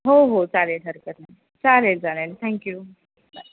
हो हो चालेल हरकत नाही चालेल चालेल थँक्यू बाय